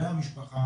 והמשפחה,